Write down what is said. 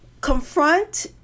confront